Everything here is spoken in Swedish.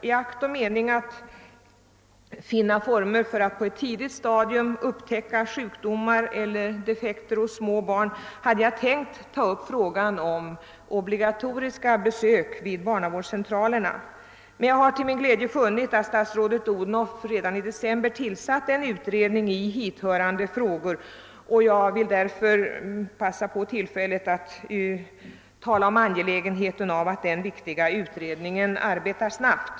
I akt och mening att finna former för att på ett tidigt stadium upptäcka sjukdomar eller defekter hos små barn hade jag tänkt ta upp frågan om obligatoriska besök vid barnavårdscentralerna, men jag har till min glädje funnit att statsrådet Odhnoff redan i december tillsatt en utredning i hithörande frågor och vill därför passa på tillfället att tala om angelägenheten av att denna viktiga utredning arbetar snabbt.